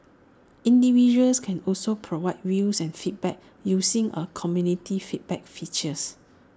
individuals can also provide views and feedback using A community feedback features